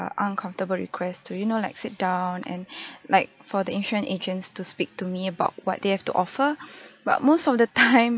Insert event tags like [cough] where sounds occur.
uncomfortable requests to you know like sit down and [breath] like for the insurance agents to speak to me about what they have to offer [breath] but most of the [laughs] time